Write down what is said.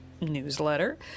newsletter